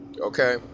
okay